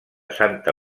santa